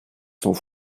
sont